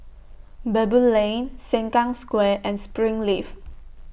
Baboo Lane Sengkang Square and Springleaf